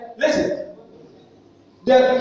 listen